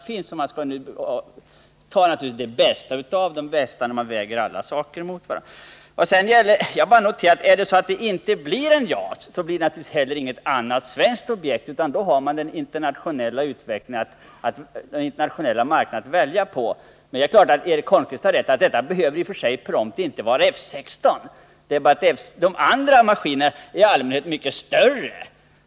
Man skall naturligtvis ta det bästa av dessa alternativ när man vägt alla fördelar och nackdelar mot varandra. Jag bara noterar att om det inte blir något svenskt JAS, så blir det inte heller något annat svenskt alternativ, utan då har man bara den internationella marknaden att vända sig till. Eric Holmqvist har naturligtvis rätt när han säger att detta inte prompt behöver innebära att det blir F16. Men de andra maskinerna är i allmänhet större.